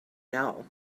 know